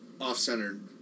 Off-centered